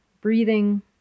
breathing